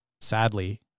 sadly